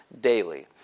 daily